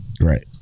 Right